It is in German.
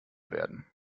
werden